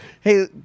Hey